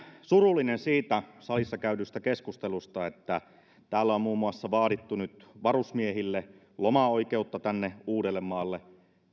surullinen siitä täällä salissa käydystä keskustelusta jossa on muun muassa vaadittu nyt varusmiehille lomaoikeutta tänne uudellemaalle